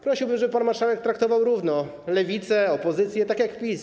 Prosiłbym, żeby pan marszałek traktował równo Lewicę i opozycję, tak samo jak PiS.